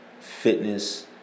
Fitness